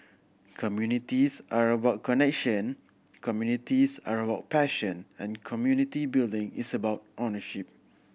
communities are about connection communities are about passion and community building is about ownership